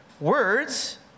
Words